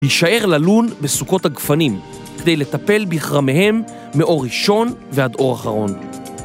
יישאר ללון בסוכות הגפנים, כדי לטפל בכרמיהם, מאור ראשון ועד אור אחרון.